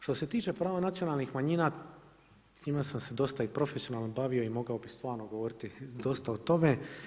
Što se tiče prava nacionalnih manjina sa njima sam se i dosta profesionalno bavio i mogao bih stvarno govoriti dosta o tome.